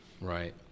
Right